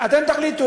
אתם תחליטו.